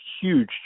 huge